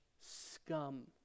scum